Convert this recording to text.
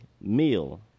meal